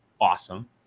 awesome